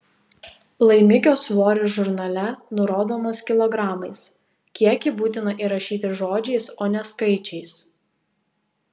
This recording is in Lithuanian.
laimikio svoris žurnale nurodomas kilogramais kiekį būtina įrašyti žodžiais o ne skaičiais